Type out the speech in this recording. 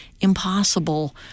impossible